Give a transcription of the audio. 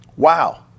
wow